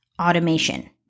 automation